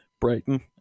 Brighton